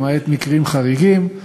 למעט מקרים חריגים.